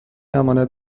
امانت